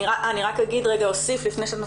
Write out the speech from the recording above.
אני אוסיף לפני שאיריס